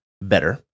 better